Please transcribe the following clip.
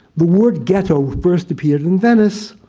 the word ghetto first appeared in venice,